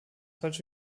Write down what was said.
falsch